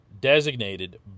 designated